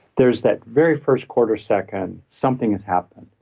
there's that very first quarter second something has happened.